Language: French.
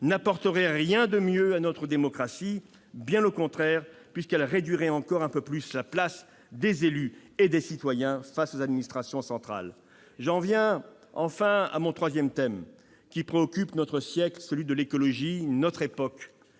n'apporteraient rien de mieux à notre démocratie, bien au contraire, puisqu'elles réduiraient encore un peu plus la place des élus et des citoyens face aux administrations centrales ! Enfin, j'en viens à mon troisième thème, qui préoccupe notre siècle, celui de l'écologie. Notre époque